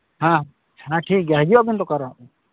ᱦᱮᱸ ᱦᱮᱸ ᱴᱷᱤᱠᱜᱮᱭᱟ ᱦᱤᱡᱩᱜ ᱟᱵᱮᱱ ᱫᱚᱠᱟᱱ ᱨᱮ ᱦᱟᱸᱜ